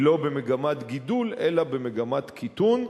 היא לא במגמת גידול אלא במגמת קיטון.